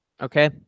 Okay